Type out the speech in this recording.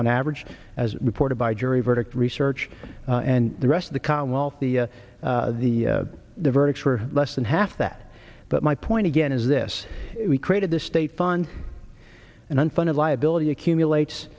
on average as reported by jury verdict research and the rest of the commonwealth the the the verdicts were less than half that but my point again is this we created the state fund and unfunded liability accumulates